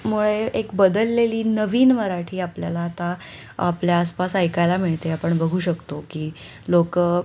मुळे एक बदललेली नवीन मराठी आपल्याला आता आपल्या आसपास ऐकायला मिळते आपण बघू शकतो की लोक